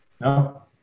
No